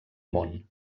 món